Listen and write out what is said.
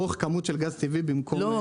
לצרוך כמות של גז טבעי במקום --- לא.